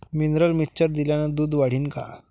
Mineral mixture दिल्यानं दूध वाढीनं का?